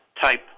type